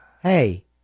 Hey